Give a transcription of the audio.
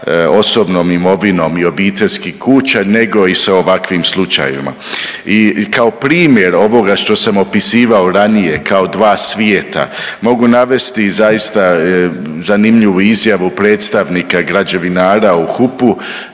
osobnom imovinom i obiteljskih kuća, nego i sa ovakvim slučajevima. I kao primjer ovoga što sam opisivao ranije kao dva svijeta mogu navesti i zaista zanimljivu izjavu predstavnika građevinara u HUP-u